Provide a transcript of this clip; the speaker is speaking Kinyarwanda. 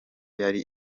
yari